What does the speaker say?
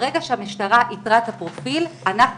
כאשר המשטרה איתרה את הפרופיל אנחנו